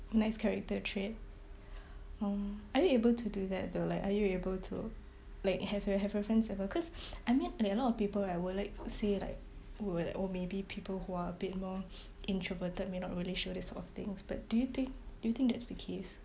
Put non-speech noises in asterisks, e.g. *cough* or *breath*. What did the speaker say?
nice character trait um are you able to do that though like are you able to like have your have your friends ever cause *breath* I mean like a lot of people I will like say like we're or maybe people who are a bit more *breath* introverted may not really show this sort of things but do you think do you think that's the case